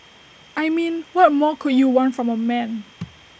I mean what more could you want from A man